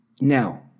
Now